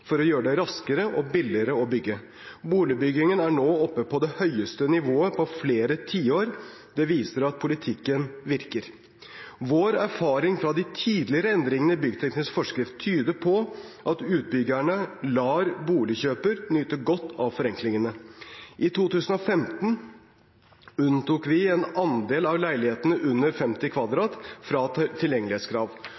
for å gjøre det raskere og billigere å bygge. Boligbyggingen er nå oppe på det høyeste nivået på flere tiår. Det viser at politikken virker. Vår erfaring fra de tidligere endringene i byggteknisk forskrift tyder på at utbyggere lar boligkjøpere nyte godt av forenklingene. I 2015 unntok vi en andel av leilighetene under 50